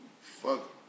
fuck